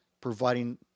providing